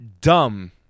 dumb